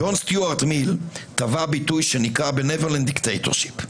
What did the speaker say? ג'ון סטוארט מיל קבע ביטוי שנקרא The netherlands dictatorship""